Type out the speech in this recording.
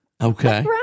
Okay